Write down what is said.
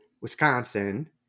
Wisconsin